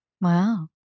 Wow